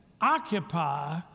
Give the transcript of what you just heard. occupy